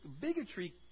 bigotry